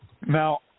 Now